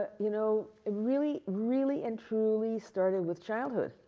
ah you know, really, really and truly started with childhood.